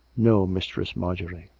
no, mistress marjorie.